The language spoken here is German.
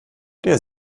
der